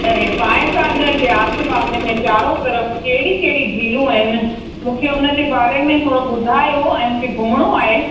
त इहो फॉयसागर जे आसे पासे में चारो तरफ़ कहिड़ी कहिड़ी झीलूं आहिनि मूंखे हुनजे बारे में थोरो ॿुधायो ऐं मूंखे घुमिणो आहे